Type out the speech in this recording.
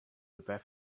prepare